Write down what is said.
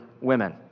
women